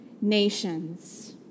nations